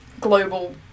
global